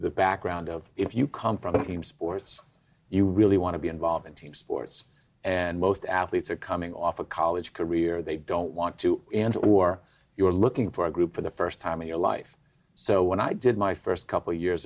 the background of if you come from a team sports you really want to be involved in team sports and most athletes are coming off a college career they don't want to end or you're looking for a group for the st time in your life so when i did my st couple years